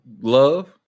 love